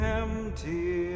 empty